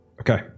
Okay